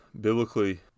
Biblically